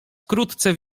wkrótce